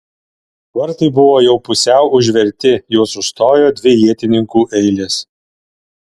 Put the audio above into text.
vartai buvo jau pusiau užverti juos užstojo dvi ietininkų eilės